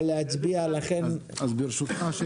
ברשותך,